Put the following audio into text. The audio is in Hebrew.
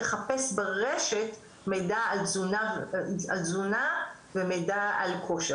לחפש ברשת מידע על תזונה ומידע על כושר.